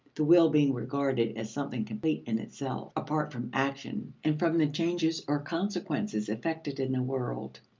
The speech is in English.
the will being regarded as something complete in itself, apart from action and from the changes or consequences effected in the world.